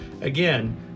Again